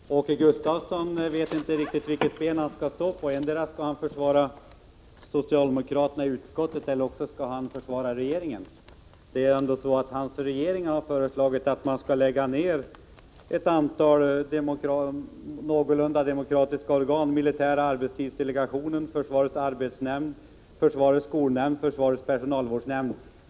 Herr talman! Åke Gustavsson vet inte riktigt vilket ben han skall stå på. Antingen skall han försvara socialdemokraterna i utskottet eller också skall han försvara regeringen. Det är ändå så, att hans regering har föreslagit att man skall lägga ner ett antal någorlunda demokratiska organ — militära arbetstidsdelegationen, försvarets arbetsnämnd, försvarets skolnämnd och försvarets personalvårdsnämnd.